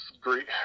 great